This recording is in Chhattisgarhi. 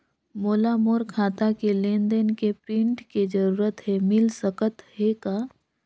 मोला मोर खाता के लेन देन के प्रिंट के जरूरत हे मिल सकत हे का?